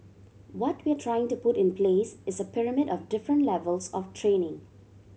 what we're trying to put in place is a pyramid of different levels of training